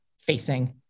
facing